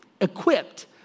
equipped